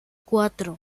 cuatro